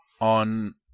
on